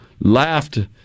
laughed